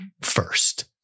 first